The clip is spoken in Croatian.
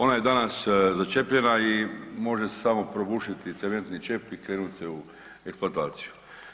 Ona je danas začepljena i može se samo probušiti cementni čep i krenuti u eksploataciju.